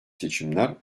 seçimler